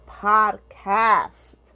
podcast